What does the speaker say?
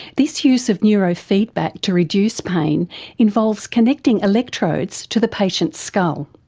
this use of neurofeedback to reduce pain involves connecting electrodes to the patient's skull.